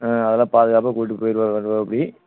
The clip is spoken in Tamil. ஆ அதெல்லாம் பாதுகாப்பாக கூட்டி போய்ட்டு வருவாப்பிடி